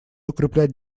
укреплять